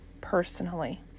personally